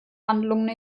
handlung